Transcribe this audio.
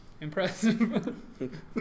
Impressive